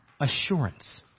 assurance